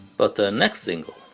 but their next single,